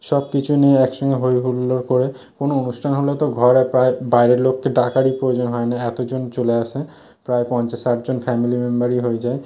সব কিছু নিয়ে একসঙ্গে হই হুল্লোড় করে কোনো অনুষ্ঠান হলে তো ঘরে প্রায় বাইরের লোককে ডাকারই প্রয়োজন হয় না এতজন চলে আসে প্রায় পঞ্চাশ ষাট জন ফ্যামিলি মেম্বারই হয়ে যায়